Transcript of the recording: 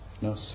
no